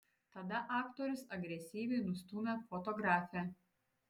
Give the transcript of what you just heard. tada aktorius agresyviai nustūmė fotografę